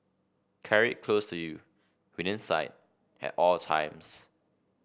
carry close to you within sight at all times